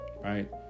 Right